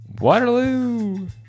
Waterloo